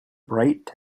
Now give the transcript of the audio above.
bright